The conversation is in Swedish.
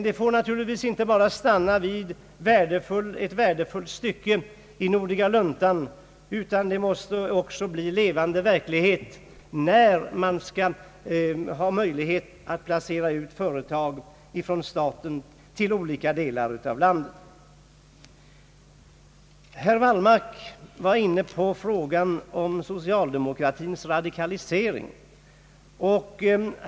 Det får naturligtvis inte bara stanna vid ett värdefullt stycke i nådiga luntan, utan det måste också bli levande verklighet att placera ut statliga företag i olika delar av landet. Herr Wallmark var inne på frågan om socialdemokratins radikalisering.